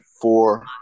four